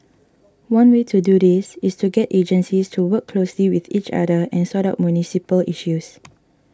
one way to do this is to get agencies to work closely with each other and sort out municipal issues